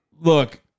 Look